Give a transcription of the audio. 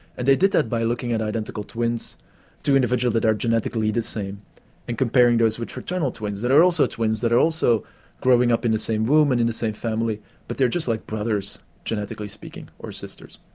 and they did that by looking at identical twins two individuals that are genetically the same and comparing those with fraternal twins that are also twins that are also growing up in the same room and in the same family but they are just like brothers genetically speaking or sisters.